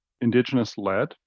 indigenous-led